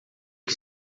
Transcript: que